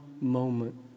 moment